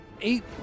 eight